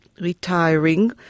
retiring